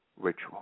ritual